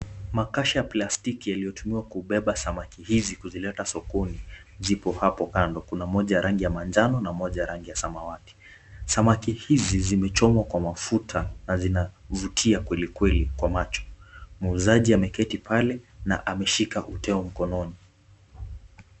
Makasha ya plastiki yaliyotumiwa kubeba samaki hizi kuzileta sokoni zipo hapo kando. Kuna moja ya rangi ya manjano na moja ya rangi ya samawati. Samaki hizi zimechomwa kwa mafuta na zinavutia kwelikweli kwa macho. Muuzaji ameketi pale na ameshika uteo mkononi.